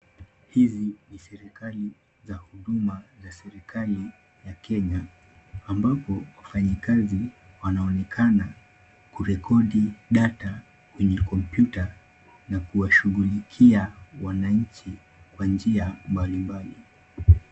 Hizi ni serikali za huduma za serikali ya Kenya, ambapo wafanyikazi wanaonekana kurekodi data kwenye kompyuta na kuwashughulikia wananchi kwa njia mbali mbali.